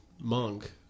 monk